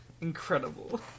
Incredible